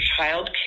childcare